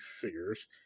figures